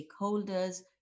stakeholders